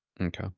Okay